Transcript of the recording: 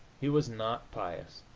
he was not pious.